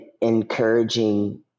encouraging